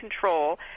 control